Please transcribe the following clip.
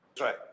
right